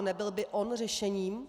Nebyl by on řešením?